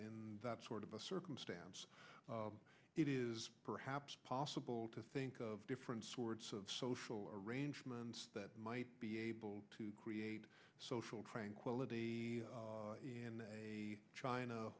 in that sort of a circumstance it is perhaps possible to think of different sorts of social arrangements that might be able to create social tranquility and china